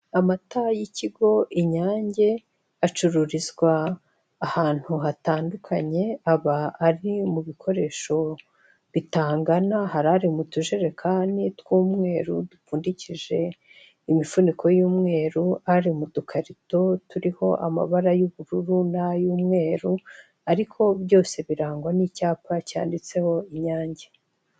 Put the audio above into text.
Amata y'ikigo inyange, acururizwa ahantu hatandukanye, aba ari mu bikoresho bitangana, hari ari mu tujerekani tw'umweru dupfundikije imifuniko y'umweru, ari mu dukarito turiho amabara y'ubururu n'ay'umweru ariko byose birangwa n'icyapa cyanditseho inyange.